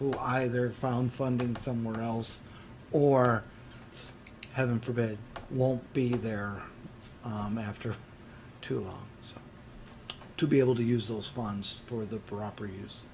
who either found funding somewhere else or heaven forbid won't be there after too long so to be able to use those funds for the proper use